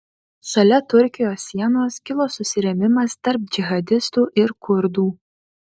šalia turkijos sienos kilo susirėmimas tarp džihadistų ir kurdų